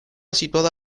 situada